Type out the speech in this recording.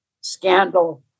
scandal